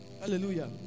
Hallelujah